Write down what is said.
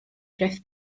gruff